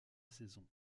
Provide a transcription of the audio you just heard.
saison